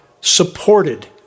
supported